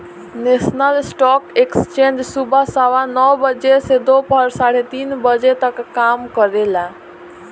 national stock exchange सुबह सवा नौ बजे से दोपहर साढ़े तीन बजे तक काम करेला